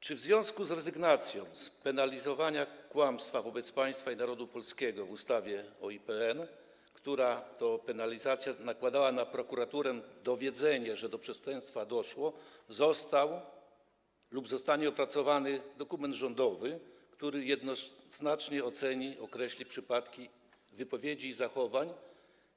Czy w związku z rezygnacją z penalizowania kłamstwa wobec państwa i narodu polskiego w ustawie o IPN, która to penalizacja nakładała na prokuraturę obowiązek dowiedzenia, że do przestępstwa doszło, został lub zostanie opracowany dokument rządowy, który jednoznacznie określi przypadki wypowiedzi i zachowań,